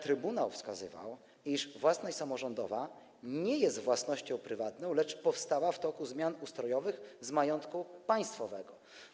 Trybunał wskazywał, iż własność samorządowa nie jest własnością prywatną, lecz powstała w toku zmian ustrojowych na podstawie majątku państwowego.